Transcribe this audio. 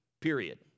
period